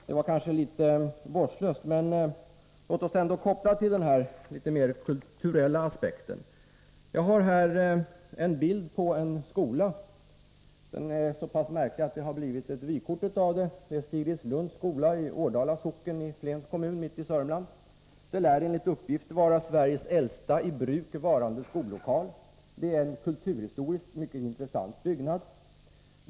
Det var kanske litet vårdslöst, men låt oss ändå gå över till denna litet mer byggnadskulturella aspekt. Jag har här en bild på en skola. Den är så märklig att den har hamnat på vykort. Det är Sigridslunds skola i Årdala socken i Flens kommun mitt i Sörmland. Enligt uppgift lär den vara Sveriges äldsta i bruk varande skollokal. Det är en kulturhistoriskt mycket intressant byggnad.